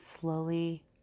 slowly